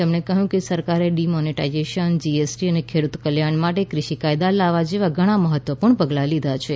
તેમણે કહ્યું કે સરકારે ડિમોનેટાઇઝેશન જીએસટી અને ખેડૂત કલ્યાણ માટે કૃષિ કાયદા લાવવા જેવા ઘણા મહત્ત્વપૂર્ણ પગલાં લીધાં છે